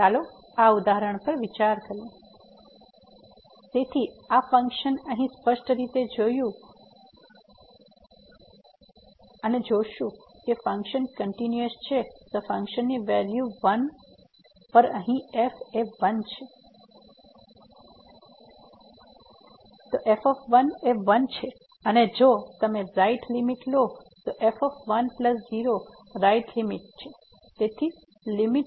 ચાલો આ ઉદાહરણ પર વિચાર કરીએ fxx2 2≤x≤1 3x 2 1x≤2 તેથી આ ફંક્શન અહીં સ્પષ્ટ રીતે જો આપણે જોશું કે ફંકશન કંટીન્યુયસ છે તો ફંકશનની વેલ્યુ 1 પર અહીં f એ 1 છે તો f એ 1 છે અને પછી જો તમે રાઈટ લીમીટ લો તો f 1 0 રાઈટ લીમીટ